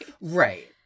Right